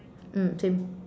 mm same